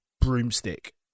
broomstick